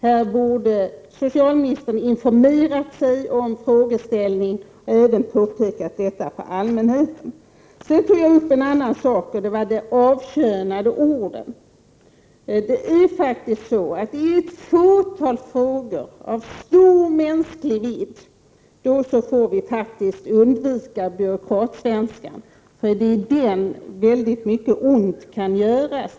Här borde socialministern ha informerat sig om frågeställningen och även påpekat detta för allmänheten. Vidare tog jag upp en annan sak, de avkönade orden. I ett fåtal frågor av stor mänsklig vidd får vi faktiskt undvika byråkratsvenskan. I den kan väldigt mycket ont göras.